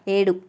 ఏడు